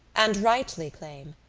and rightly claim,